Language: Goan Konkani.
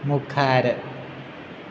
मुखार